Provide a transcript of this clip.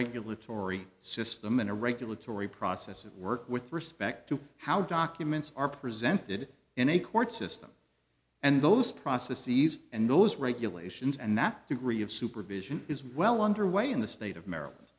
regulatory system and a regulatory process and work with respect to how documents are presented in a court system and those processes and those regulations and that degree of supervision is well under way in the state of maryland